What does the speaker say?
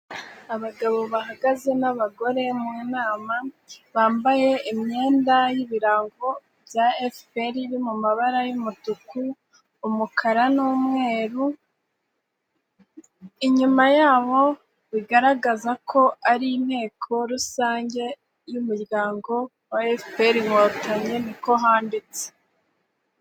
Abagabo bahagaze n'abagore mu nama, bambaye imyenda y'ibirango bya FPR iri mu mabara y'umutuku, umukara n'umweru, inyuma yabo bigaragaza ko ari inteko rusange y'umuryango wa FPR Inkotanyi, niko handitse.